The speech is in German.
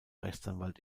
rechtsanwalt